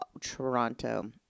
Toronto